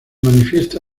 manifiesta